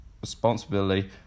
responsibility